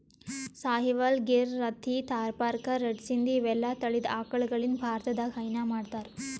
Sahiwal, Gir, Rathi, Tharparkar, red Sindhi ಇವೆಲ್ಲಾ ತಳಿದ್ ಆಕಳಗಳಿಂದ್ ಭಾರತದಾಗ್ ಹೈನಾ ಮಾಡ್ತಾರ್